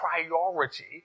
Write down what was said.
priority